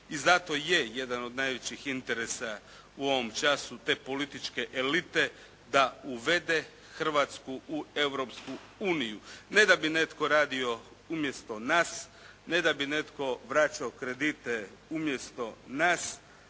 I zato je jedan od najvećih interesa u ovom času te političke elite da uvede hrvatsku u Europsku uniju ne da bi netko radio umjesto nas, ne da bi netko vraćao kredite umjesto nas